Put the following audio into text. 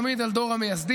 תמיד על דור המייסדים.